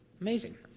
amazing